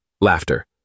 Laughter